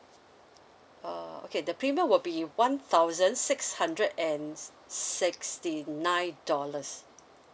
uh okay the premium will be one thousand six hundred and sixty nine dollars